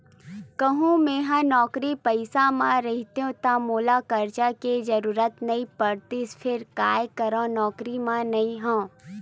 कहूँ मेंहा नौकरी पइसा म रहितेंव ता मोला करजा के जरुरत नइ पड़तिस फेर काय करव नउकरी म नइ हंव